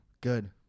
good